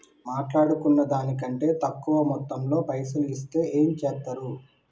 మాట్లాడుకున్న దాని కంటే తక్కువ మొత్తంలో పైసలు ఇస్తే ఏం చేత్తరు?